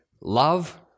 love